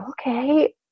okay